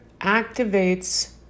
activates